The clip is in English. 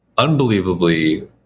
Unbelievably